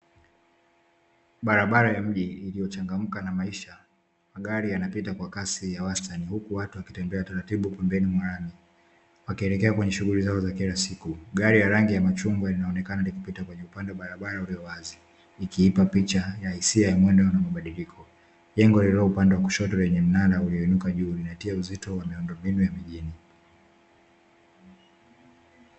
Barabara ya mji iliyo changamka na maisha, magari yanapita kwa kasi wa wastani huku watu wanatembea taratibu pembeni mwa lami wakielekea kwenye shughuli zao za kila siku. Gari ya rangi ya machungwa inaonekana kupita kwenye upande wa barabara ulio wazi, ikiipa picha ya hisia unaoendana na mabadiliko. Jengo lililo upande wa kushoto lenye mnara ulioinuka juu unaatia uzito wa miundombinu ya mjini.